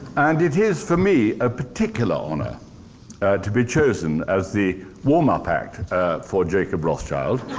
and it is, for me, a particular honor to be chosen as the warm-up act for jacob rothschild.